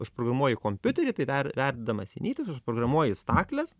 užprogramuoji kompiuterį tai ver verdamas į nytis užprogramuoji stakles